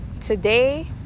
today